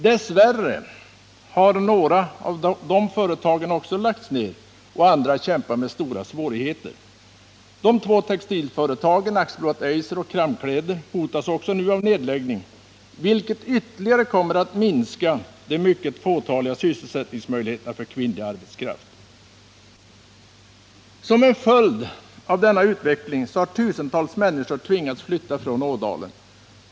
Dess värre har några av de företag som det gäller lagts ner, och andra kämpar med stora svårigheter. De två textilföretagen AB Eiser och Krammkläder hotas nu också av nedläggning, vilket ytterligare kommer att minska de mycket fåtaliga sysselsättningsmöjligheterna för kvinnlig arbetskraft. Som en följd av denna utveckling har tusentals människor tvingats flytta från Ådalen.